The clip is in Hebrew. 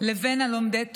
לבין לומדי התורה.